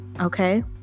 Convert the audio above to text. okay